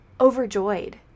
overjoyed